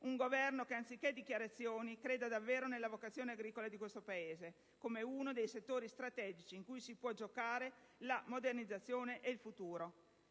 un Governo che, anziché fare dichiarazioni, credesse davvero nella vocazione agricola di questo Paese come uno dei settori strategici in cui si può giocare la modernizzazione e il futuro.